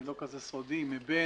זה לא כזה סודי מבן,